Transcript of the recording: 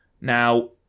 Now